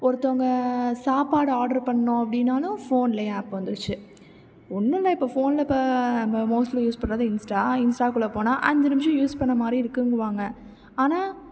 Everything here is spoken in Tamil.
ஒருத்தங்க சாப்பாடு ஆர்டரு பண்ணணும் அப்படின்னாலும் ஃபோன்லேயே ஆப் வந்துடுச்சி ஒன்னுமில்ல இப்போ ஃபோனில் இப்போ ம மோஸ்ட்லி யூஸ் பண்ணுறது இன்ஸ்டா இன்ஸ்டாக்குள்ளே போனால் அஞ்சு நிமிஷம் யூஸ் பண்ண மாதிரி இருக்குதுன்னு வாங்க ஆனால்